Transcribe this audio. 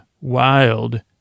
wild